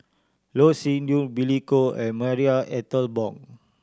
Loh Sin Yun Billy Koh and Marie Ethel Bong